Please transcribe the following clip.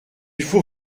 faut